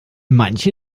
manche